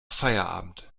feierabend